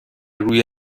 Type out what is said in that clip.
روی